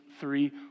three